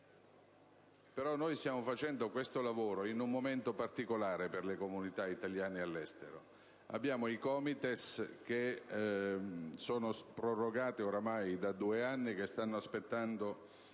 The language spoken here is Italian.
per tutti. Stiamo facendo questo lavoro in un momento particolare per le comunità italiane all'estero: i COMITES sono prorogati ormai da due anni e stanno aspettando